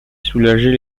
soulager